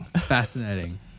fascinating